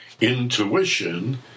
Intuition